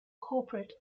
corporate